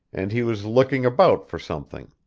and he was looking about for something.